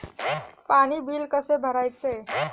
पाणी बिल कसे भरायचे?